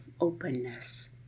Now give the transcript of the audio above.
openness